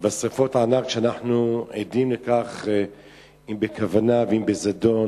ענק שאנחנו עדים להן, אם בכוונה ואם בזדון,